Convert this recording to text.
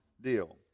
deal